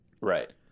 Right